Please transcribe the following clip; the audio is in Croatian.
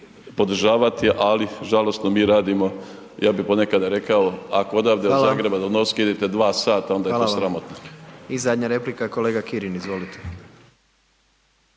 podržavati, ali žalosno, mi radimo, ja bi ponekada rekao, ako odavde do Zagreba do Novske idete 2 sata, onda je to sramotno. **Jandroković, Gordan